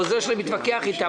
העוזר שלי מתווכח איתם,